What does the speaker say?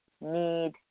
need